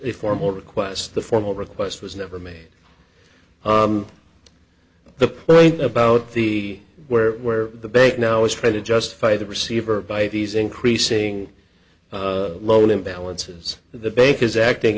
a formal request the formal request was never made the point about the where where the bank now is trying to justify the receiver by these increasing loan imbalances the bank is acting